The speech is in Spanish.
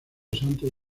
santo